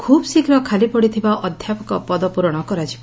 ଖ୍ରବ୍ଶୀଘ୍ର ଖାଲିପଡିଥିବା ଅଧ୍ଘାପକ ପଦ ପ୍ରରଣ କରାଯିବ